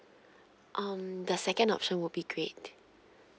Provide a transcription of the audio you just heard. um the second option would be great